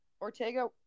Ortega